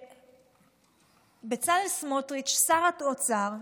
שבצלאל סמוטריץ', שר האוצר,